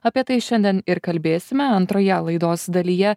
apie tai šiandien ir kalbėsime antroje laidos dalyje